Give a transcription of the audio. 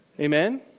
Amen